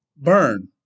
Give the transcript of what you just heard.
burn